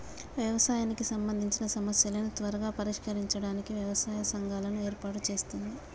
వ్యవసాయానికి సంబందిచిన సమస్యలను త్వరగా పరిష్కరించడానికి వ్యవసాయ సంఘాలను ఏర్పాటు చేస్తుంది